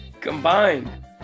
combined